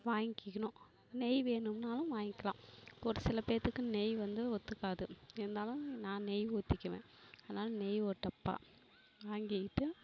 வாங்கிக்கணும் நெய் வேணும்னாலும் வாங்கிக்கலாம் ஒரு சில பேர்த்துக்கு நெய் வந்து ஒத்துக்காது இருந்தாலும் நான் நெய் ஊற்றுக்குவேன் அதனால் நெய் ஒரு டப்பா வாங்கிக்கிக்கிட்டு